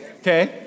Okay